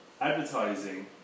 Advertising